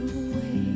away